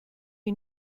you